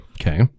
Okay